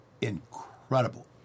incredible